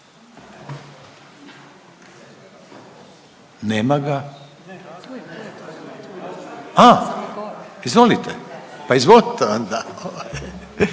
Nema ga? Aaa izvolite, pa izvolite onda.